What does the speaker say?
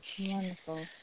Wonderful